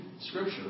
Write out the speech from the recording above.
scripture